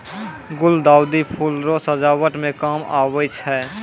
गुलदाउदी फूल रो सजावट मे काम आबै छै